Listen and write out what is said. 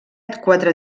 quatre